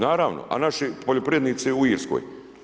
Naravno a naši poljoprivrednici u Irskoj.